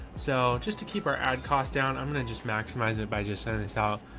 so just to keep our ad cost down, i'm going to just maximize it by just sending this out,